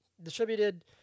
Distributed